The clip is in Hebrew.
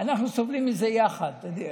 אנחנו סובלים מזה יחד.